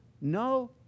no